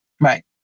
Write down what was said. Right